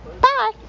bye